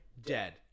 dead